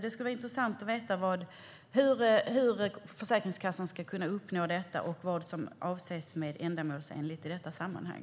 Det skulle vara intressant att veta hur Försäkringskassan ska kunna uppnå detta och vad som avses med "ändamålsenligt" i detta sammanhang.